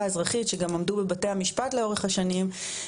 האזרחית שגם עמדו בבתי המשפט לאורך השנים,